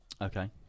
Okay